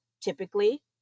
typically